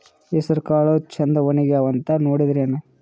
ಹೆಸರಕಾಳು ಛಂದ ಒಣಗ್ಯಾವಂತ ನೋಡಿದ್ರೆನ?